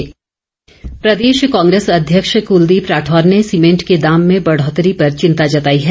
राठौर प्रदेश कांग्रेस अध्यक्ष कुलदीप राठौर ने सीमेंट के दाम में बढौतरी पर चिंता जताई है